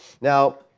Now